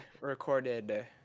recorded